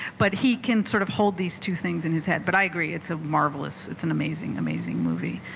but he can sort of hold these two things in his head but i agree it's a marvelous it's an amazing amazing movie